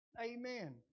Amen